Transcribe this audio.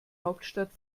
hauptstadt